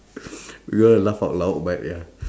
we gonna laugh out loud but ya